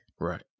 Right